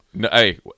Hey